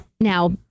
Now